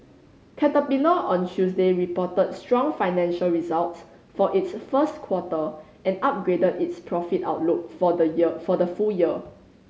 caterpillar on Tuesday reported strong financial results for its first quarter and upgraded its profit outlook for the year for the full year